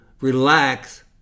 relax